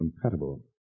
compatible